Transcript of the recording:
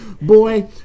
Boy